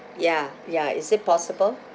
ya ya is it possible